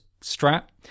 strap